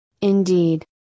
Indeed